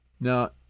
now